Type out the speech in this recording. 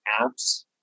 apps